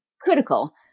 critical